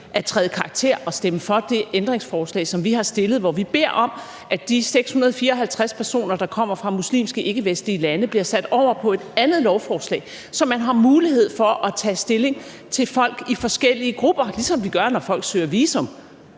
at træde i karakter og stemme for det ændringsforslag, som vi har stillet, hvor vi beder om, at de 654 personer, der kommer fra muslimske ikkevestlige lande, bliver sat over på et andet lovforslag, så man har mulighed for at tage stilling til folk i forskellige grupper, ligesom vi gør, når folk søger visum.